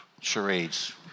charades